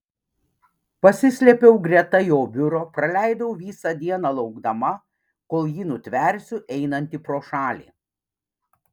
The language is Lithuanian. pasislėpiau greta jo biuro praleidau visą dieną laukdama kol jį nutversiu einantį pro šalį